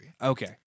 Okay